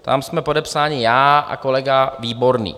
Tam jsme podepsáni já a kolega Výborný.